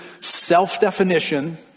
self-definition